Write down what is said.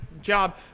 job